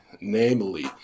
namely